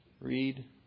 Read